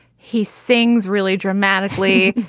he sings really dramatically.